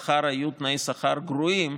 היות שתנאי השכר היו תנאי שכר גרועים,